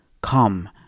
Come